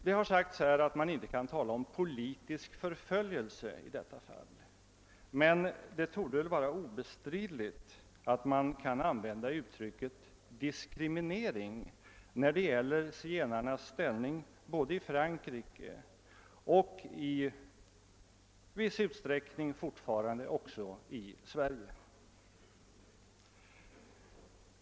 Det har sagts att man inte kan tala om politisk förföljelse i detta fall, men det torde vara obestridligt att uttrycket » diskriminering» kan användas beträffande zigenarnas ställning både i Frankrike och i viss utsträckning fortfarande också i Sverige.